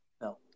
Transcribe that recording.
No